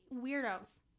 weirdos